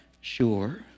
sure